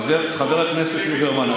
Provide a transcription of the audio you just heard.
חבר הכנסת ליברמן,